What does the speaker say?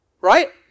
Right